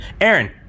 Aaron